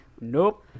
Nope